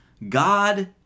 God